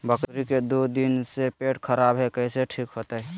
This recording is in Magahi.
बकरी के दू दिन से पेट खराब है, कैसे ठीक होतैय?